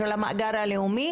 של המאגר הלאומי